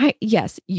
Yes